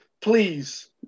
Please